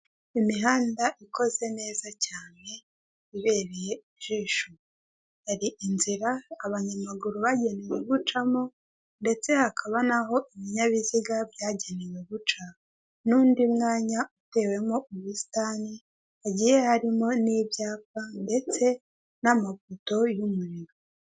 Imihanda ikoze neza cyane ibereye ijisho hari inzira abanyamaguru bagenewe gucamo ndetse hakaba n'aho ibinyabiziga byagenewe guca, n'undi mwanya utewemo ubusitani, hagiye harimo n'ibyapa ndetse n'amapoto y'umuriro.